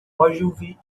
ogilvy